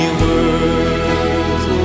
words